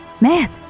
man